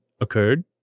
occurred